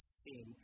sin